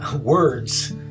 words